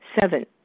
Seven